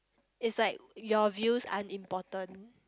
it's like your views aren't important